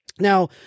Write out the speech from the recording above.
Now